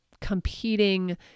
competing